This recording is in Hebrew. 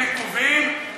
אין עיכובים,